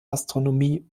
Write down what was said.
astronomie